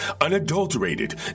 unadulterated